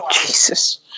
Jesus